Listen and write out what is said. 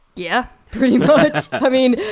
yeah pretty much. i mean,